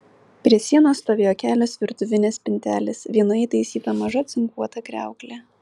prie sienos stovėjo kelios virtuvinės spintelės vienoje įtaisyta maža cinkuota kriauklė